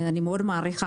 אני מאוד מעריכה.